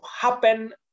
happen